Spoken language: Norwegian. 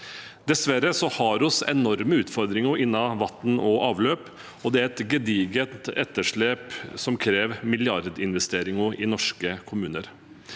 Dessverre har vi enorme utfordringer innenfor vann og avløp, og det er et gedigent etterslep som krever milliardinvesteringer i norske kommuner.